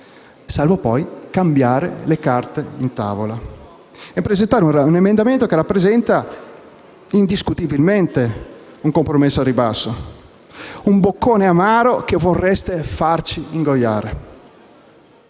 salvo poi cambiare le carte in tavola e presentare un emendamento che rappresenta indiscutibilmente un compromesso al ribasso, un boccone amaro che vorreste farci ingoiare.